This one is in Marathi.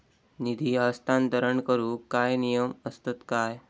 निधी हस्तांतरण करूक काय नियम असतत काय?